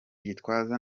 gitwaza